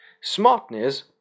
Smartness